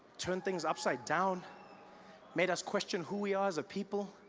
turned things upside down made us question who we are as a people